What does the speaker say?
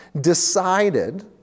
decided